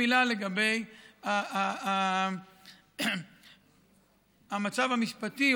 מילה לגבי המצב המשפטי,